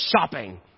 shopping